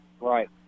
Right